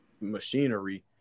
machinery